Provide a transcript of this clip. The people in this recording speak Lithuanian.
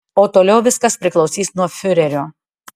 o toliau viskas priklausys nuo fiurerio